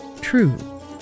true